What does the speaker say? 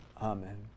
amen